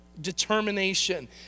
determination